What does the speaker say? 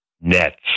nets